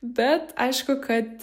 bet aišku kad